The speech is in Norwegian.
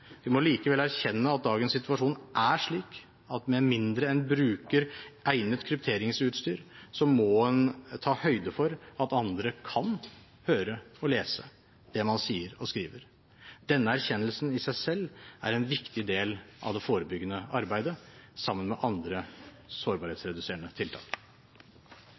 Vi må allikevel erkjenne at dagens situasjon er slik at med mindre man bruker egnet krypteringsutstyr, må man ta høyde for at andre kan høre og lese det man sier og skriver. Denne erkjennelsen er i seg selv en viktig del av det forebyggende arbeidet, sammen med andre sårbarhetsreduserende tiltak.